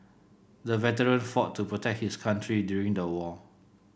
the veteran fought to protect his country during the war